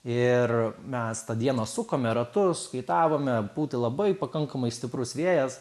ir mes tą dieną sukome ratus kaitavome pūtė labai pakankamai stiprus vėjas